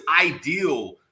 ideal